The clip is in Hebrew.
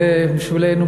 בשבילנו,